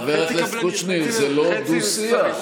חבר הכנסת קושניר, זה לא דו-שיח.